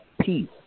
peace